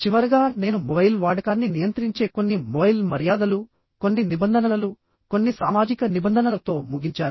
చివరగా నేను మొబైల్ వాడకాన్ని నియంత్రించే కొన్ని మొబైల్ మర్యాదలు కొన్ని నిబంధనలు కొన్ని సామాజిక నిబంధనలతో ముగించాను